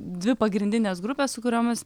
dvi pagrindinės grupės su kuriamis